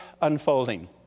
unfolding